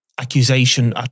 Accusation